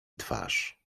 twarz